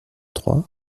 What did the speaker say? trois